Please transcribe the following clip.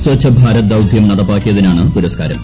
സ്വച്ഛ് ഭാരത് ദൌത്യം നടപ്പാക്കിയതിനാണ് പുരസ്കാരം